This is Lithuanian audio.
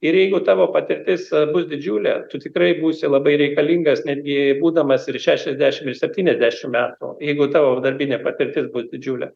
ir jeigu tavo patirtis bus didžiulė tu tikrai būsi labai reikalingas netgi būdamas ir šešiasdešimt ir septyniasdešimt metų jeigu tavo darbinė patirtis bus didžiulė